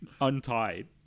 Untied